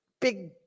big